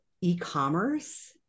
e-commerce